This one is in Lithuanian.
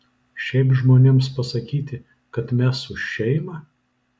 šiaip žmonėms pasakyti kad mes už šeimą